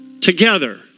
together